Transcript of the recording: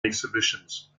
exhibitions